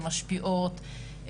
הן משפיעות,